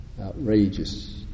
outrageous